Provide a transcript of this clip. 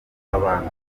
abantu